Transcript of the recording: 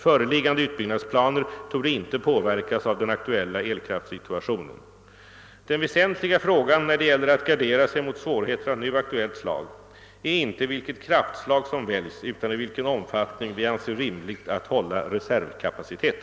Föreliggande utbyggnadsplaner torde inte påverkas av den aktuella elkraftsituationen. Den väsentliga frågan när det gäller att gardera sig mot svårigheter av nu aktuellt slag är inte vilket kraftslag som väljs utan i vilken omfattning vi anser rimligt att hålla reservkapacitet.